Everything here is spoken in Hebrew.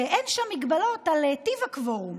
ואין שם הגבלות על טיב הקוורום,